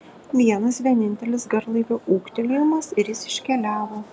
vienas vienintelis garlaivio ūktelėjimas ir jis iškeliavo